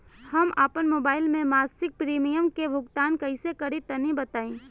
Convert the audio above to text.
हम आपन मोबाइल से मासिक प्रीमियम के भुगतान कइसे करि तनि बताई?